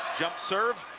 jump serve,